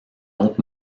autre